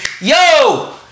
Yo